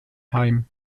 heim